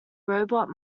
robot